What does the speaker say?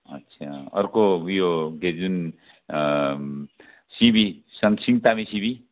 अच्छा अर्को ऊ यो के जुन सिँबी सम सिमतामे सिँबी